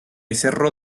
cerro